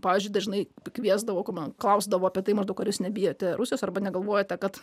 pavyzdžiui dažnai pakviesdavo klausdavo apie tai maždaug ar jūs nebijote rusijos arba negalvojate kad